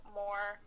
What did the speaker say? more